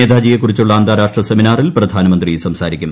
നേതാജിയെക്കുറിച്ചുള്ള ആന്ത്ാർാഷ്ട്ര സെമിനാറിൽ പ്രധാനമന്ത്രി സംസാരിക്കും